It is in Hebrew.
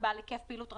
בעל היקף פעילות רחב,